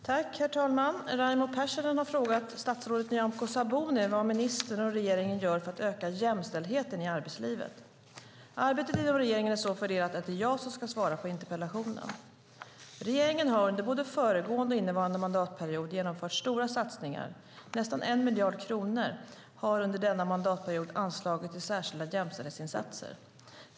Herr talman! Raimo Pärssinen har frågat statsrådet Nyamko Sabuni vad ministern och regeringen gör för att öka jämställdheten i arbetslivet. Arbetet inom regeringen är så fördelat att det är jag som ska svara på interpellationen. Regeringen har under både föregående och innevarande mandatperiod genomfört stora satsningar. Nästan 1 miljard kronor har under denna mandatperiod anslagits till särskilda jämställdhetsinsatser.